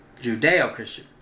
Judeo-Christian